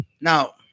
now